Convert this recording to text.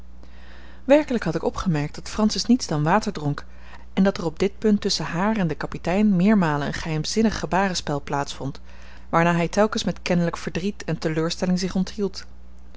werkelijk had ik opgemerkt dat francis niets dan water dronk en dat er op dit punt tusschen haar en den kapitein meermalen een geheimzinnig gebarenspel plaats vond waarna hij telkens met kennelijk verdriet en teleurstelling zich onthield